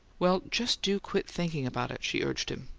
well, just do quit thinking about it, she urged him.